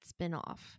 spinoff